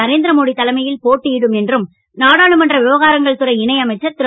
நரேந்திர மோடி தலைமையில் போட்டியிடும் என்றும் நாடாளுமன்ற விவகாரங்கள் துறை இணை அமைச்சர் திரு